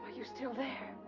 you still there?